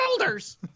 shoulders